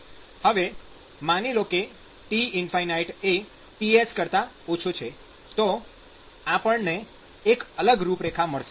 હવે માની લો કે T ͚ Ts છે તો આપણને એક અલગ રૂપરેખા મળશે